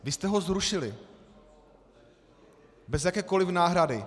Vy jste ho zrušili bez jakékoliv náhrady.